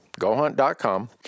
gohunt.com